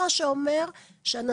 מה שזה אומר זה שכרגע,